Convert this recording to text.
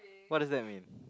what does that mean